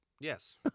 Yes